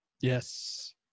Yes